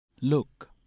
Look